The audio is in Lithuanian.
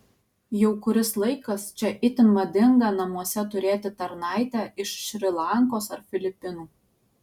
jau kuris laikas čia itin madinga namuose turėti tarnaitę iš šri lankos ar filipinų